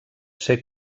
ser